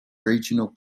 regional